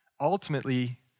ultimately